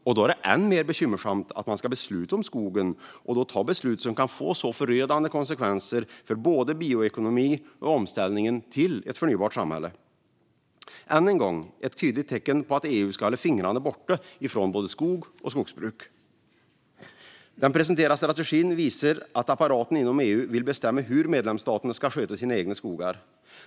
Det gör det än mer bekymmersamt att man ska besluta om skogen och då fatta beslut som kan få förödande konsekvenser för både bioekonomi och omställningen till ett förnybart samhälle. Det är ännu ett tydligt tecken på att EU ska hålla fingrarna borta från både skog och skogsbruk. Den presenterade strategin visar att apparaten inom EU vill bestämma hur medlemsstaterna ska sköta sina egna skogar.